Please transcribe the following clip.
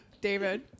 David